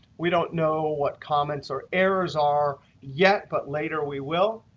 we don't know what comments or errors are yet, but later we will.